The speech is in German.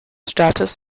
staates